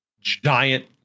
giant